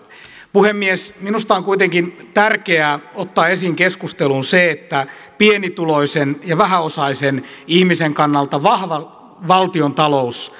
puhemies minusta on kuitenkin tärkeää ottaa esiin keskusteluun se että pienituloisen ja vähäosaisen ihmisen kannalta vahva valtiontalous